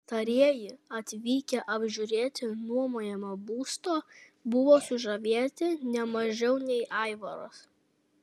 pastarieji atvykę apžiūrėti nuomojamo būsto buvo sužavėti ne mažiau nei aivaras